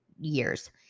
years